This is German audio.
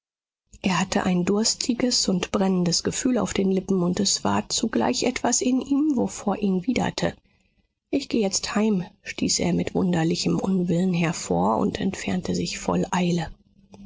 er hatte ein durstiges und brennendes gefühl auf den lippen und es war zugleich etwas in ihm wovor ihn widerte ich geh jetzt heim stieß er mit wunderlichem unwillen hervor und entfernte sich voll eile